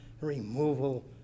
removal